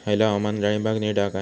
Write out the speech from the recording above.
हयला हवामान डाळींबाक नीट हा काय?